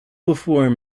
before